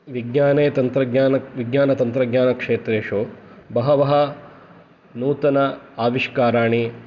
विज्ञाने तन्त्रज्ञाने विज्ञानतन्त्रज्ञानक्षेत्रेषु बहवः नूतन आविष्काराणि